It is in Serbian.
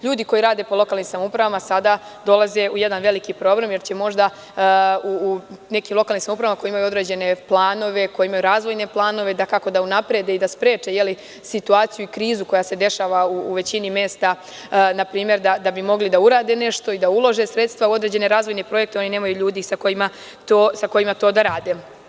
Ljudi koji rade po lokalnim samoupravama sada dolaze u jedan veliki problem, jer će možda u nekim lokalnim samoupravama, koje imaju određene planove, koji imaju razvojne planove dakako da unaprede i da spreče situaciju i krizu koja se dešava u većini mesta, npr. da bi mogli da urade nešto i da ulože sredstva u određene razvojne projekte, oni nemaju ljudi sa kojima to da rade.